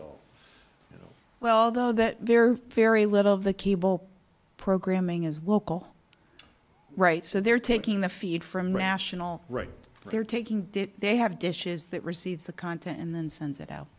well though that there very little of the cable programming is local right so they're taking the feed from rational right they're taking did they have dishes that receives the content and then sends it out